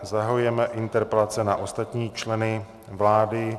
Zahajujeme interpelace na ostatní členy vlády.